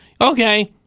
Okay